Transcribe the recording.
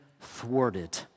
thwarted